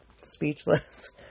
speechless